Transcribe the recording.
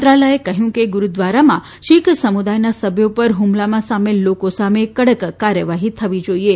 મંત્રાલયે કહયું કે ગુરૂદ્વારામાં શિખ સમુદાયના સભ્યો પર ફમલામાં સામેલ લોકો સામે કડક કાર્યવાહી થવી જોઇએ